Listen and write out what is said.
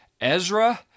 Ezra